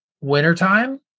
Wintertime